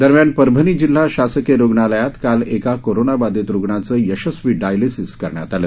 दरम्यान परभणी जिल्हा शासकीय रुग्णालयात काल एका कोरोनाबाधित रुग्णाचं यशस्वी डायलेसीस करण्यात आलं